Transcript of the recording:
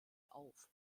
auf